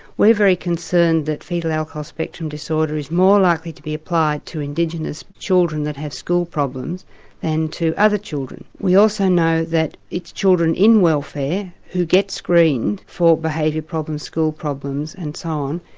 we're very concerned that foetal alcohol spectrum disorder is more likely to be applied to indigenous children that have school problems than to other children. we also know that it's children in welfare who get screened for behaviour problems, school problems and so on,